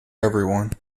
everyone